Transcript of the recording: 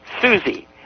Susie